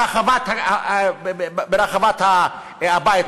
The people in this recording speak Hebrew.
ברחבת הבית,